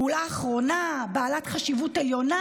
פעולה אחרונה בעלת חשיבות עליונה.